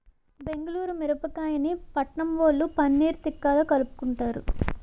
బెంగుళూరు మిరపకాయని పట్నంవొళ్ళు పన్నీర్ తిక్కాలో కలుపుకుంటారు